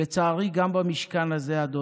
לצערי, גם במשכן הזה, אדוני,